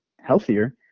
healthier